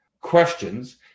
Questions